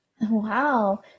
wow